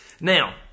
Now